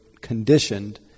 conditioned